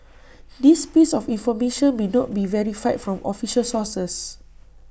this piece of information may not be verified from official sources